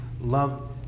love